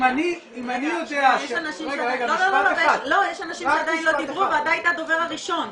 אני יודע ש- -- יש אנשים שעדיין לא דיברו ואתה היית הדובר הראשון.